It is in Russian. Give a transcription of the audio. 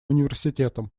университетом